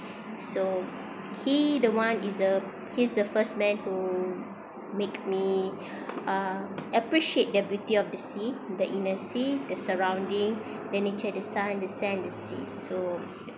so he the one is the he's the first man who made me uh appreciate the beauty of the sea the inner sea the surrounding the nature the sun the sand the seas so